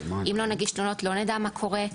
אם לא נגיש תלונות, לא נדע מה קורה.